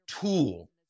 tool